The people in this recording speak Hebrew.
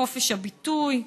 בחופש הביטוי,